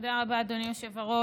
תודה רבה, אדוני היושב-ראש.